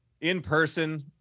in-person